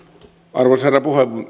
arvoisa herra